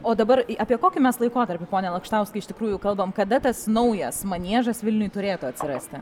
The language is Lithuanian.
o dabar apie kokį mes laikotarpį pone lakštauskai iš tikrųjų kalbam kada tas naujas maniežas vilniuj turėtų atsirasti